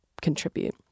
contribute